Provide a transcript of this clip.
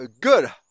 good